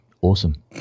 awesome